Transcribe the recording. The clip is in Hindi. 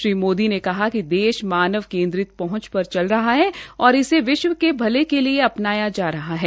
श्री मोदी ने कहा कि देश मानव केन्द्रित पहंच पर चल रहा है और इसे विश्व के भले के लिए अपनाया जा रहा है